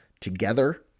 together